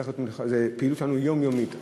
הפעילות שלנו היא יומיומית,